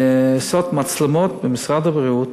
לשים מצלמות במשרד הבריאות.